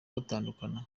batandukana